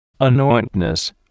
anointness